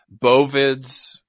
Bovids